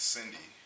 Cindy